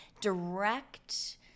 direct